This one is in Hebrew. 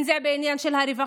אם זה בעניין של הרווחה,